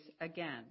again